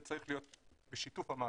וצריך להיות בשיתוף המעסיקים.